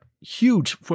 huge